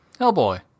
Hellboy